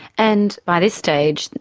and by this stage,